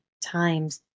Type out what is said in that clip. times